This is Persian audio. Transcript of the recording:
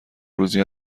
روزی